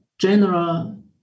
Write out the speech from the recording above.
General